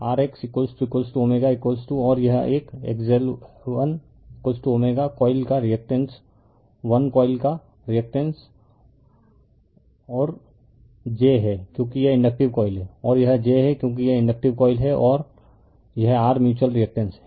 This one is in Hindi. और यहाँ यह एक r xऔर यह एक xL1 कॉइल का रिएक्टेंस 1 कॉइल का रिएक्टेंस और j है क्योंकि यह इंडकटिव कॉइल है और यह j है क्योंकि यह इंडकटिव कॉइल और यह r म्यूच्यूअल रिएक्टेंस है